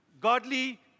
godly